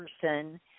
person